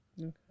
Okay